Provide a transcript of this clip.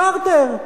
בארטר,